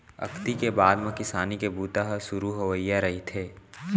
अक्ती के बाद म किसानी के बूता ह सुरू होवइया रहिथे